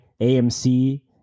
AMC